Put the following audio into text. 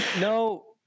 no